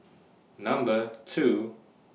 Number two